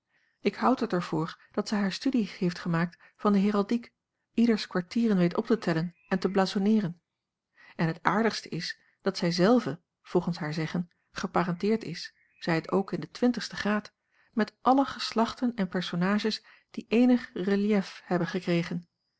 ik houd het er voor dat zij hare studie heeft gemaakt van de heraldiek ieders kwartieren weet op te tellen en te blasonneeren en het aardigste is dat zij zelve volgens haar zeggen geparenteerd is zij het ook in den twintigsten graad met alle geslachten en personages die eenig relief hebben gekregen